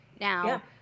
now